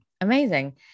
Amazing